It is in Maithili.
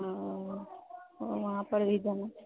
ओ वहाँ पर भी जाना